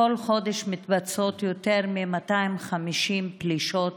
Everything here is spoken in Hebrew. בכל חודש מתבצעות יותר מ-250 פלישות